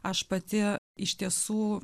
aš pati iš tiesų